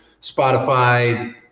spotify